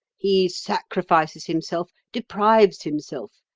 he sacrifices himself, deprives himself,